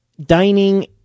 dining